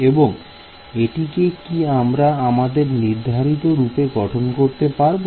এবং এটিকে কি আমরা আমাদের নির্ধারিত রূপে গঠন করতে পারব